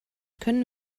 können